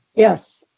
yes.